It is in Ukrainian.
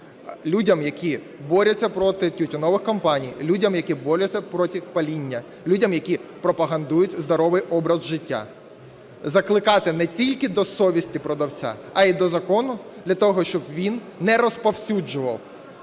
людям, які борються проти тютюнових компаній, людям, які борються проти паління, людям, які пропагують здоровий образ життя, закликати не тільки до совісті продавця, але і до закону для того, щоб він не розповсюджував